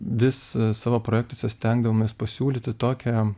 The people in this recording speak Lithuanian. vis savo projektuose stengdavomės pasiūlyti tokią